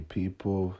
people